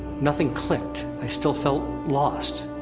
nothing clicked, i still felt lost.